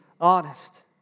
honest